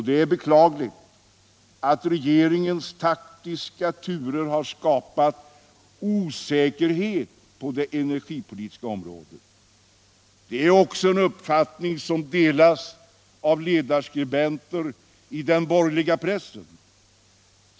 Det är beklagligt att regeringens taktiska turer har skapat osäkerhet på det energipolitiska området. Det är också en uppfattning, som delas av ledarskribenter i den borgerliga pressen.